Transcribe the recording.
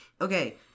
Okay